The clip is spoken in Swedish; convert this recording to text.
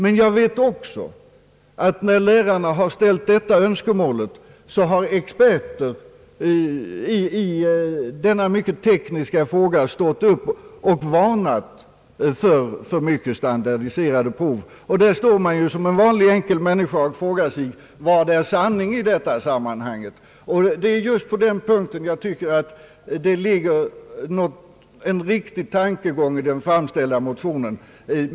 Men jag vet också, att när lärarna ställt detta önskemål har experter i denna mycket tekniska fråga stått upp och varnat för alltför mycket prov av detta slag. Här får man som en vanlig enkel människa fråga sig: Vad är sanning i detta sammanhang? Det är just på denna punkt jag tycker att det ligger en riktig tankegång i den framställda motionen.